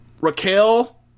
raquel